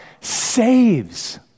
saves